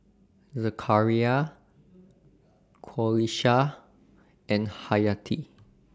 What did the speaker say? Zakaria Qalisha and Hayati